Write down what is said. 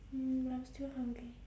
mm but I'm still hungry